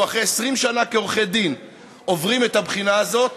אחרי 20 שנה כעורכי-דין עוברים את הבחינה הזאת,